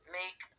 make